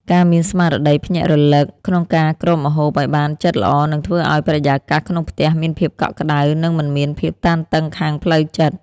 ការមានស្មារតីភ្ញាក់រលឹកក្នុងការគ្របម្ហូបឱ្យបានជិតល្អនឹងធ្វើឱ្យបរិយាកាសក្នុងផ្ទះមានភាពកក់ក្តៅ និងមិនមានភាពតានតឹងខាងផ្លូវចិត្ត។